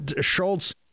Schultz